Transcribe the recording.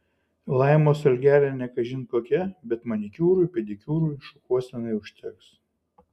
laimos algelė ne kažin kokia bet manikiūrui pedikiūrui šukuosenai užteks